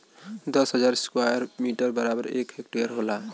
दस हजार square metre बराबर एक हेक्टेयर होला